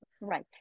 Right